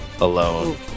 alone